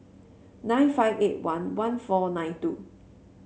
nine five eight one one four nine two